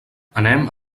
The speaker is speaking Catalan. anem